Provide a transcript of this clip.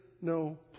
no